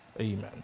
Amen